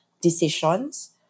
decisions